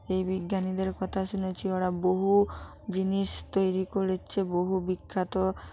এই বিজ্ঞানীদের কথা শুনেছি ওরা বহু জিনিস তৈরি করেছে বহু বিখ্যাত